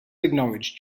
acknowledged